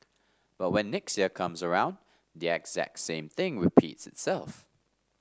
but when next year comes around the exact same thing repeats itself